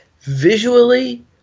visually